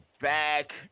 back